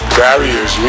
barriers